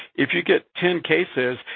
if you get ten cases,